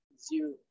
zero